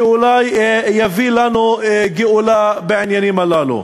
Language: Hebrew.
שאולי יביא לנו גאולה בעניינים הללו?